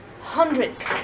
hundreds